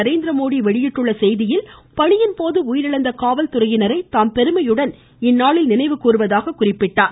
நரேந்திரமோடி வெளியிட்டுள்ள செய்தியில் பணியின்போது உயிரிழந்த காவல்துறையினரை தாம் பெருமையுடன் இந்நாளில் நினைவு கூறுவதாக குறிப்பிட்டார்